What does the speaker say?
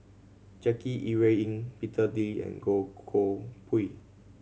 Jackie Yi Ru Ying Peter Lee and Goh Koh Pui